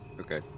Okay